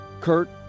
Kurt